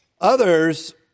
Others